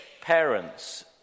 parents